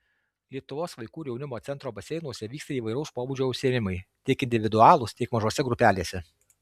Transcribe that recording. lietuvos vaikų ir jaunimo centro baseinuose vyksta įvairaus pobūdžio užsiėmimai tiek individualūs tiek mažose grupelėse